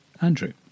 Andrew